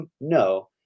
no